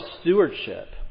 stewardship